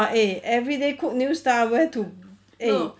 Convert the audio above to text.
!wah! eh everyday cook new stuff where to eh